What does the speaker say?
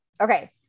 okay